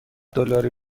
دلاری